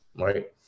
right